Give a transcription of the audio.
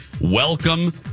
Welcome